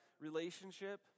relationship